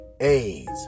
AIDS